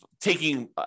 taking